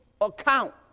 account